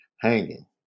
hanging